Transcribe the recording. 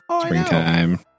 springtime